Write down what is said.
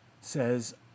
says